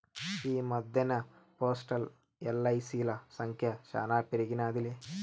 ఈ మద్దెన్న పోస్టల్, ఎల్.ఐ.సి.ల సంఖ్య శానా పెరిగినాదిలే